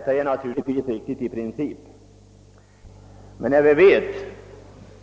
Det är naturligtvis i princip riktigt. Men när vi vet